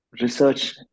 research